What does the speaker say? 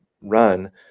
run